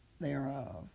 thereof